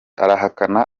arahakana